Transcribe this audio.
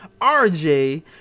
RJ